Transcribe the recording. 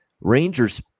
Rangers